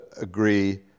agree